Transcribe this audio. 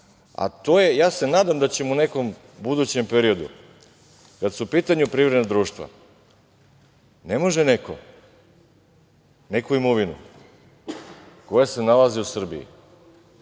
istaknem. Ja se nadam da ćemo u nekom budućem periodu… Kada su u pitanju privredna društva, ne može neko neku imovinu koja se nalazi u Srbiji